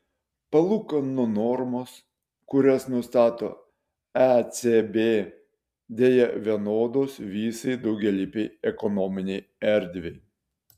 palūkanų normos kurias nustato ecb deja vienodos visai daugialypei ekonominei erdvei